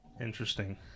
interesting